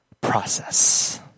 process